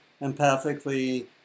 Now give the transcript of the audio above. empathically